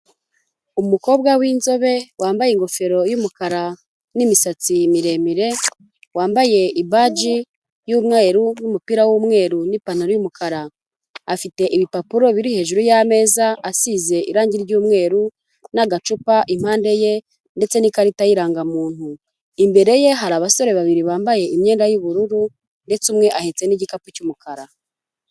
Umukobwa w'inzobe wambaye ingofero y'umukara n'imisatsi miremire, wambaye ibaji y'umweru n'umupira w'umweru, n'ipantaro y'umukara. Afite ibipapuro biri hejuru y'ameza asize irangi ry'umweru n'agacupa impande ye ndetse n'ikarita y'irangamuntu. Imbere ye hari abasore babiri bambaye imyenda y'ubururu ndetse umwe ahetse n'igikapu cy'umukara.